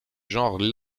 genre